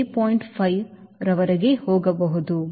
5 ರವರೆಗೆ ಹೋಗಬಹುದು